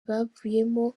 bavuyemo